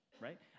right